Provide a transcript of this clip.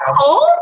cold